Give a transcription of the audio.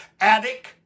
attic